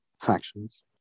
factions